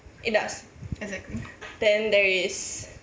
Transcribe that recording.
it does then there is